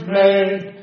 made